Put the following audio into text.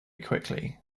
quickly